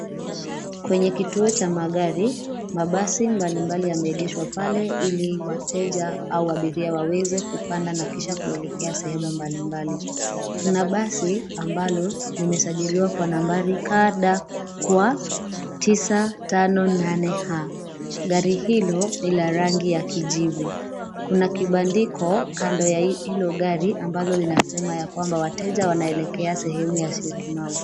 Kwenye kituo cha magari, mabasi mbalimbali yameegeshwa pale ili wateja au abiria waweze kupanda na kisha kuelekea sehemu mbalimbali. Kuna basi ambalo limesajiliwa kwa nambari KDQ 958H . Gari hilo ni la rangi ya kijivu. Kuna kibandiko kando ya hilo gari ambalo linasema ya kwamba wateja wanaelekea sehemu ya Syokimau.